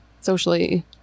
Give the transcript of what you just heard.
socially